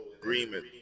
agreement